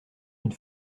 une